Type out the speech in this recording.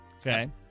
Okay